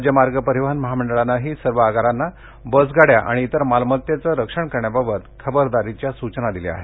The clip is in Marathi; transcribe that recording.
राज्य मार्ग परिवहन महामंडळानंही सर्व आगारांना बसगाड्या आणि इतर मालमत्तेचं रक्षण करण्याबाबत खबरदारीच्या सुचना दिल्या आहेत